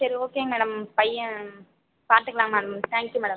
சரி okay madam பையன் பார்த்துக்கலாம் மேம் தேங்க் யூ மேடம்